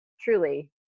truly